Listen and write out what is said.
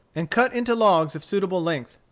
and cut into logs of suitable length.